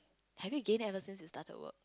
have you gain ever since you started work